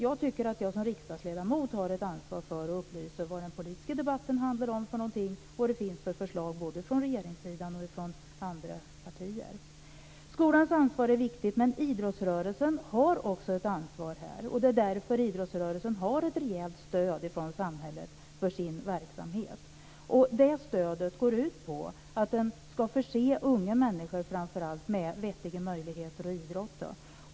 Jag tycker att jag som riksdagsledamot har ett ansvar för att upplysa om vad den politiska debatten handlar om och vilka förslag som finns både från regeringssidan och från andra partier. Skolans ansvar är viktigt, men idrottsrörelsen har också ett ansvar. Det är därför idrottsrörelsen har ett rejält stöd från samhällets sida för sin verksamhet. Det stödet går ut på att man ska förse framför allt unga människor med vettiga möjligheter att idrotta.